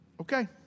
Okay